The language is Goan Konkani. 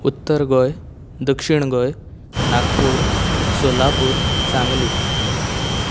उत्तर गोंय दक्षिण गोंय नागपूर सोलापूर सांगली